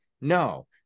No